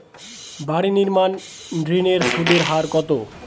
বাড়ি নির্মাণ ঋণের সুদের হার কত?